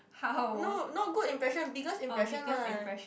no not good impression biggest impression what